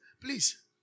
Please